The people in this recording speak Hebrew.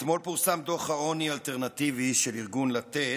אתמול פורסם דוח העוני האלטרנטיבי של ארגון לתת,